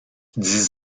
dix